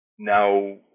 now